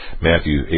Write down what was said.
Matthew